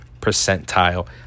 percentile